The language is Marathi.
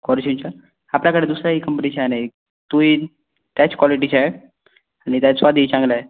क्वॉलिटीचं आपल्याकडे दुसऱ्याही कंपनीचं आहे न एक तुहीन त्याच क्वॉलिटीचं आहे आणि त्याच स्वादही चांगलाय